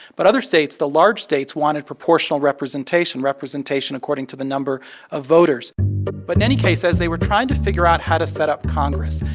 but other states, the large states, wanted proportional representation representation according to the number of voters but in any case, as they were trying to figure out how to set up congress,